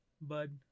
bud